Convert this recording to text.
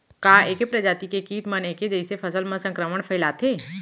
का ऐके प्रजाति के किट मन ऐके जइसे फसल म संक्रमण फइलाथें?